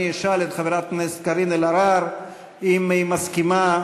אשאל את חברת הכנסת קארין אלהרר אם היא מסכימה,